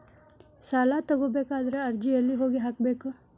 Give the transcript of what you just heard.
ಸಾಲ ತಗೋಬೇಕಾದ್ರೆ ಅರ್ಜಿ ಎಲ್ಲಿ ಹೋಗಿ ಹಾಕಬೇಕು?